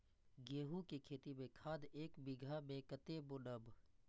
गेंहू के खेती में खाद ऐक बीघा में कते बुनब?